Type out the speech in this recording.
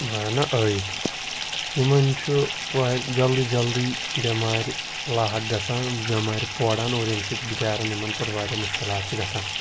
مانہ عٲیِل یِمَن چھُ وارِ جلدی جلدی بٮ۪مارِ لاحق گژھان بٮ۪مارِ پوران اور ییٚمہِ سۭتۍ بِچارَن یِمَن پَتہٕ واریاہ مُشکلات چھِ گژھان